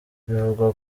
bivugwa